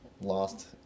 Lost